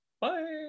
bye